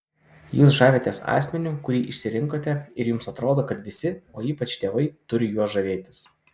jūs žavitės asmeniu kurį išsirinkote ir jums atrodo kad visi o ypač tėvai turi juo žavėtis